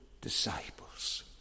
disciples